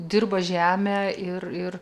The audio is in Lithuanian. dirba žemę ir ir